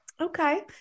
okay